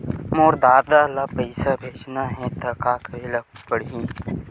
मोर ददा ल पईसा भेजना हे त का करे ल पड़हि?